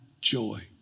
joy